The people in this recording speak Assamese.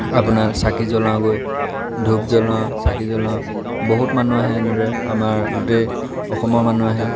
আপোনাৰ চাকি জ্বলাওঁগৈ ধূপ জ্বলাওঁ চাকি জ্বলাওঁ বহুত মানুহ আহে এনেদৰে আমাৰ গোটেই অসমৰ মানুহ আহে